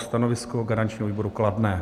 Stanovisko garančního výboru: kladné.